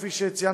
כפי שציינת,